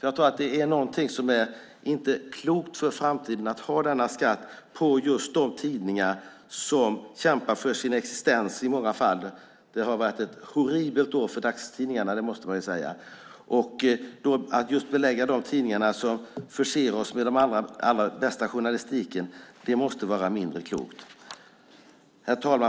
Jag tror att det för framtiden inte är så klokt att ha denna skatt på just de tidningar som kämpar för sin existens i många fall. Det har varit ett horribelt år för dagstidningarna, måste man säga. Att belägga just de tidningar som förser oss med den allra bästa journalistiken med detta måste vara mindre klokt. Herr talman!